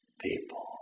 people